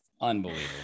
Unbelievable